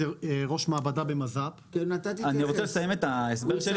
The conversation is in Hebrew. אני ראש מעבדה במז"פ --- אני רוצה לסיים את ההסבר שלי.